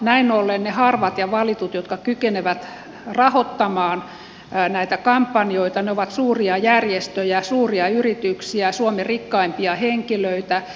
näin ollen ne harvat ja valitut jotka kykenevät rahoittamaan näitä kampanjoita ovat suuria järjestöjä suuria yrityksiä suomen rikkaimpia henkilöitä